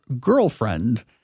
girlfriend